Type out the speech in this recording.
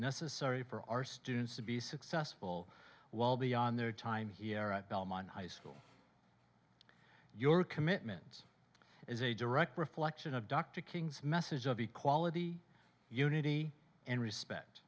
necessary for our students to be successful well beyond their time here at belmont high school your commitment is a direct reflection of dr king's message of equality unity and respect